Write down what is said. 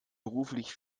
beruflich